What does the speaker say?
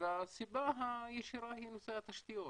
והסיבה הישירה היא נושא התשתיות.